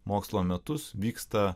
mokslo metus vyksta